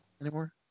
anymore